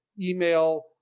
email